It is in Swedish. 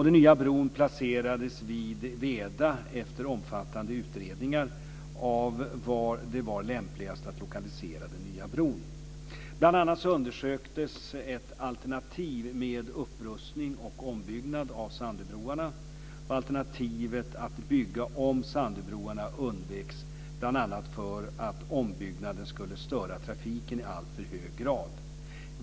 Den nya bron placerades vid Veda efter omfattande utredning av var det var lämpligast att lokalisera den nya bron. Bl.a. undersöktes ett alternativ med upprustning och ombyggnad av Sandöbroarna. Alternativet att bygga om Sandöbroarna undveks bl.a. för att ombyggnaden skulle störa trafiken i alltför hög grad.